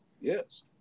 Yes